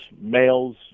males